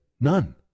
None